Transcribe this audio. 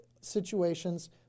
situations